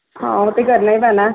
ਹਾਂ ਉਹ ਤਾਂ ਕਰਨਾ ਹੀ ਪੈਣਾ